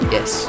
Yes